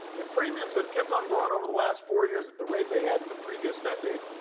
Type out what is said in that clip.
if premiums had kept on growing over the last four years at the rate they had in the previous decade,